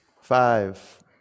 five